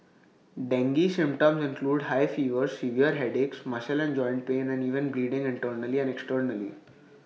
dengue symptoms include high fever severe headaches muscle and joint pain and even bleeding internally and externally